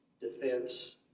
defense